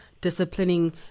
disciplining